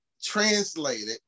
translated